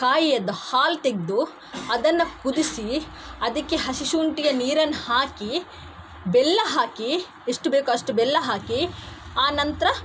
ಕಾಯಿಯದ್ದು ಹಾಲು ತೆಗೆದು ಅದನ್ನು ಕುದಿಸಿ ಅದಕ್ಕೆ ಹಸಿ ಶುಂಠಿಯ ನೀರನ್ನ ಹಾಕಿ ಬೆಲ್ಲ ಹಾಕಿ ಎಷ್ಟು ಬೇಕೋ ಅಷ್ಟು ಬೆಲ್ಲ ಹಾಕಿ ಆನಂತರ